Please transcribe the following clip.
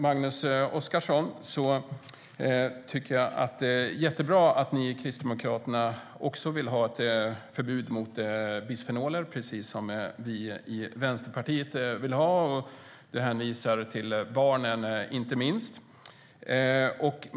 Jag tycker att det är jättebra, Magnus Oscarsson, att ni i Kristdemokraterna också vill ha förbud mot bisfenoler precis som vi i Vänsterpartiet vill ha. Du hänvisar till barnen inte minst.